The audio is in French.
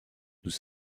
nous